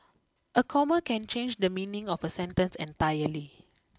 a comma can change the meaning of a sentence entirely